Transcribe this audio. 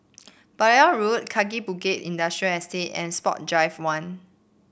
Balmoral Road Kaki Bukit Industrial Estate and Sport Drive One